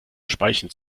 speichen